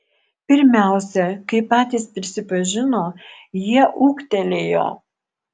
pirmiausia kaip patys prisipažino jie ūgtelėjo